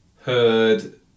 heard